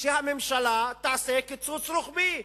יודעים שהממשלה תעשה קיצוץ רוחבי.